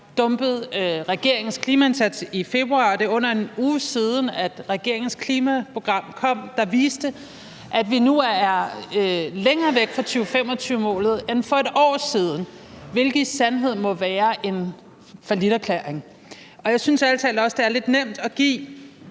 dumpet regeringens klimaindsats. For under en uge siden kom regeringens klimaprogram, der viste, at vi nu er længere væk fra 2025-målet end for et år siden, hvilket i sandhed må være en falliterklæring. Jeg synes ærlig talt også, det er lidt nemt at give